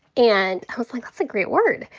and i was like, that's a great word.